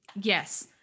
Yes